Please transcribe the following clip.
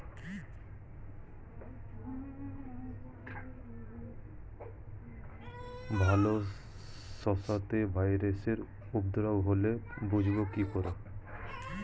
ডাল শস্যতে ভাইরাসের উপদ্রব হলে বুঝবো কি করে?